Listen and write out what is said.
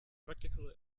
practical